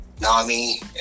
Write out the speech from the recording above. NAMI